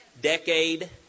Decade